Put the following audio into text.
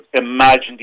imagine